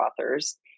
authors